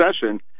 session